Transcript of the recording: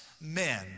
men